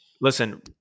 listen